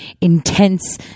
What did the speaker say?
intense